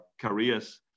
careers